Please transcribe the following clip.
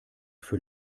für